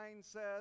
says